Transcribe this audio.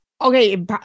Okay